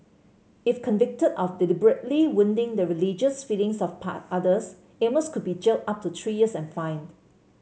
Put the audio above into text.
if convicted of deliberately wounding the religious feelings of part others Amos could be jailed up to three years and fined